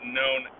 known